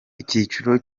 icyiciro